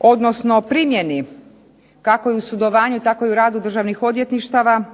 odnosno primjeni kako i u sudovanju, tako i u radu državnih odvjetništava